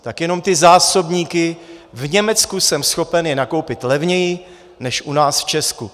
Tak jenom ty zásobníky v Německu jsem schopen nakoupit levněji než u nás v Česku.